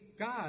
God